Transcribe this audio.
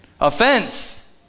offense